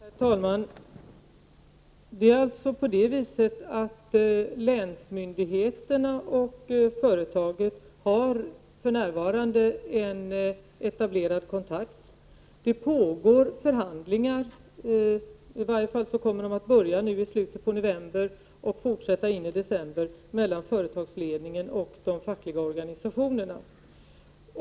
Herr talman! Det är alltså på det viset att länsmyndigheterna och företaget för närvarande har en etablerad kontakt. Det pågår förhandlingar — i varje fall kommer de att börja i slutet av november och fortsätta in i december — mellan företagsledningen och de fackliga organisationerna.